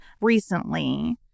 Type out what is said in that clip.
recently